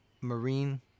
Marine